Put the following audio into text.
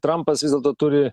trampas vis dėlto turi